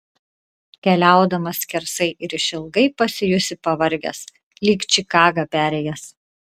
keliaudamas skersai ir išilgai pasijusi pavargęs lyg čikagą perėjęs